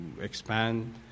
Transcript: expand